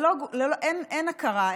אין הכרה.